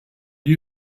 die